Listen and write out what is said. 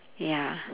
ya